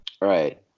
Right